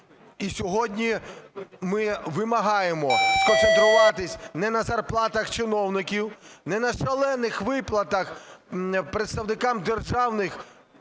І сьогодні ми вимагаємо сконцентруватись не на зарплатах чиновників, не на шалених виплатах представникам державних